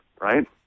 right